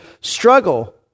struggle